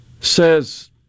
Says